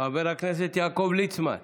חבר הכנסת יעקב ליצמן,